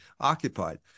occupied